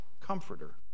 comforter